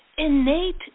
innate